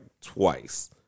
twice